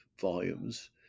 volumes